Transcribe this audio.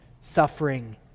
suffering